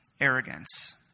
arrogance